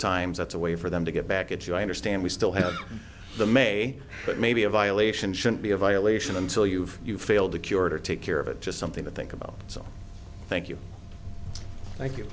times that's a way for them to get back at you i understand we still have the may but maybe a violation shouldn't be a violation until you've you failed to cure it or take care of it just something to think about so thank you thank you